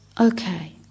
okay